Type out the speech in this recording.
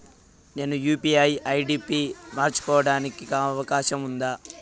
నేను UPI ID పి మార్చుకోవడానికి అవకాశం ఉందా?